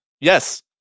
Yes